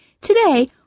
Today